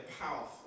powerful